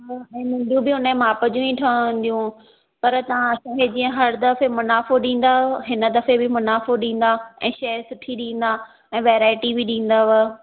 मुंडियूं बि उन जे माप जी ई ठहंदियूं पर तव्हां हर दफ़े मुनाफ़ो ॾींदा आहियो हिन दफ़े बि मुनाफ़ो ॾींदा ऐं शइ सुठी ॾींदा ऐं वेरायटी बि ॾींदव